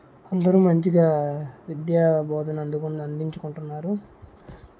అందరూ మంచిగా విద్యా బోధన అందుకుని అందించుకుంటున్నారు